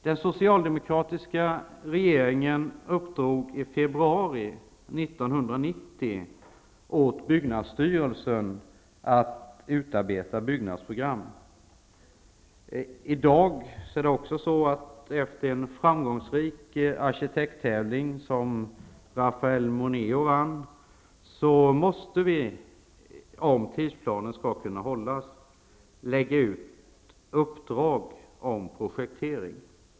Den socialdemokratiska regeringen uppdrog i februari 1990 åt byggnadsstyrelsen att utarbeta byggnadsprogram. Efter en framgångsrik arkitekttävling, som Rafael Moneo vann, måste vi, om tidsplanen skall kunna hållas, lägga ut uppdrag om projektering.